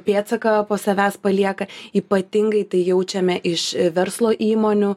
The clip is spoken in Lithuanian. pėdsaką po savęs palieka ypatingai tai jaučiame iš verslo įmonių